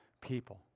people